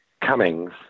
Cummings